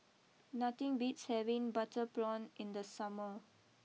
nothing beats having Butter Prawn in the summer